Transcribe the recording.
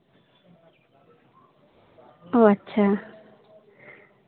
ᱚ ᱟᱪᱪᱷᱟ